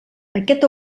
aquest